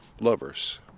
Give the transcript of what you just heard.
lovers